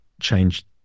change